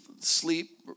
Sleep